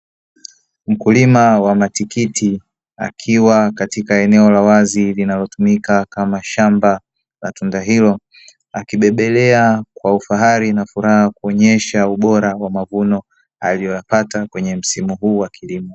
Mkulima wa matikiti akiwa katika eneo la wazi linalotumika kama shamba la tunda hilo, akibebelea kwa ufahari na furaha kuonyesha ubora wa mavuno aliyoyapata kwenye msimu huu wa kilimo.